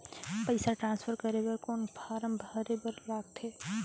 पईसा ट्रांसफर करे बर कौन फारम भरे बर लगथे?